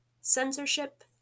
censorship